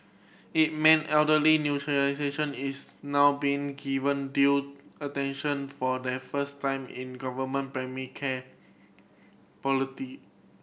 it mean elderly is now being given due attention for the first time in government primary care